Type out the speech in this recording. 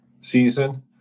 season